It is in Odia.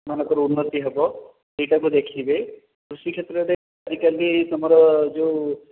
ସେମାନଙ୍କର ଉନ୍ନତି ହେବ ସେହିଟାକୁ ଦେଖିବେ କୃଷି କ୍ଷେତ୍ରରେ ଆଜିକାଲି ଆମର ଯେଉଁ